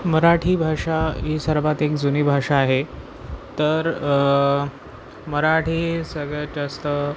मराठी भाषा ही सर्वात एक जुनी भाषा आहे तर मराठी सगळ्यात जास्त